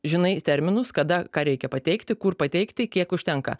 žinai terminus kada ką reikia pateikti kur pateikti kiek užtenka